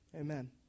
Amen